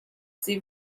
sie